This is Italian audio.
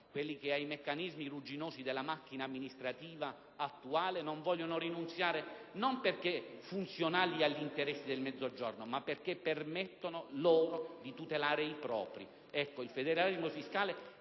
quelli che ai meccanismi rugginosi della macchina amministrativa attuale non vogliono rinunziare, non perché funzionali agli interessi del Mezzogiorno, ma perché permettono loro di tutelare i propri.